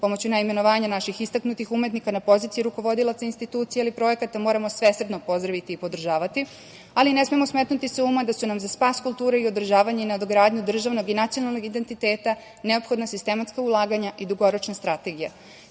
pomoću naimenovanja naših istaknutih umetnika na poziciji rukovodilaca institucija, ali i projekata, moramo svesredno pozdraviti i podržavati, ali ne smemo smetnuti sa uma da su nam za spas kulture i održavanje i nadogradnju državnog i nacionalnog identiteta neophodna sistematska ulaganja i dugoročna strategija. Kapitalne